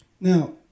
Now